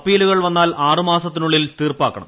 അപ്പീലുകൾ വന്നാൽ ആറുമാസത്തിനുള്ളിൽ തീർപ്പാക്കണം